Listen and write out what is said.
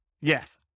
Yes